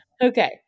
Okay